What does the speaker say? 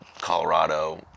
colorado